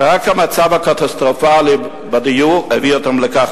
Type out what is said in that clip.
ורק המצב הקטסטרופלי בדיור הביא אותם לכך,